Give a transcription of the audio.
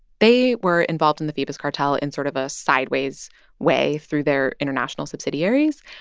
they were involved in the phoebus cartel in sort of a sideways way through their international subsidiaries.